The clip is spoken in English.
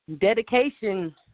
Dedication